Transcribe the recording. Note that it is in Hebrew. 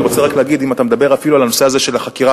אני רק רוצה להגיד: אם אתה מדבר אפילו על הנושא הזה של החקירה,